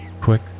Quick